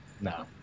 No